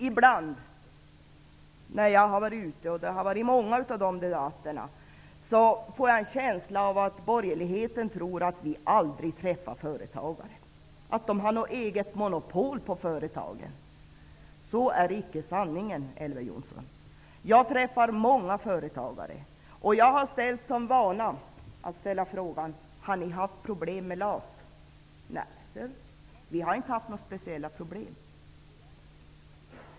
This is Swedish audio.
Ibland -- och det hänt i många debatter -- får jag en känsla av att borgerligheten tror att vi socialdemokrater aldrig träffar företagare och att borgerligheten har monopol på företagare. Så är inte fallet, Elver Jonsson. Jag träffar många företagare. Jag har haft för vana att fråga: Har ni haft problem med LAS? Nej, blir svaret, vi har inte haft några speciella problem.